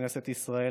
בכנסת ישראל,